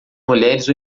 mulheres